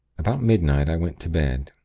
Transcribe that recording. about midnight, i went to bed.